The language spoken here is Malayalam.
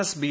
S B